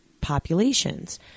populations